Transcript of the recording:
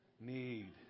Need